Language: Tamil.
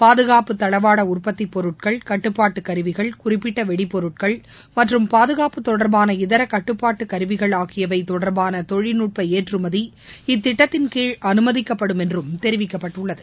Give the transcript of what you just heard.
பாதுகாப்பு தளவாட உற்பத்தி பொருட்கள் கட்டுப்பாட்டு கருவிகள் குறிப்பிட்ட வெடிபொருட்கள் மற்றும் பாதுகாப்பு தொடர்பான இதர கட்டுப்பாட்டு கருவிகள் ஆகியவை தொடர்பாள தொழில்நுட்ப ஏற்றுமதி இத்திட்டத்தின்கீழ் அனுமதிக்கப்படும் என்றும் தெரிவிக்கப்பட்டுள்ளது